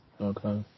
Okay